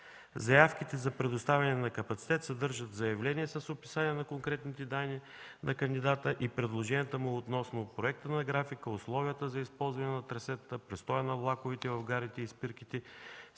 Заявките за предоставяне на капацитет съдържат заявление с описание на конкретните данни на кандидата и предложенията му относно проекта на графика, условията за използване на трасетата, престоя на влаковете в гарите и спирките,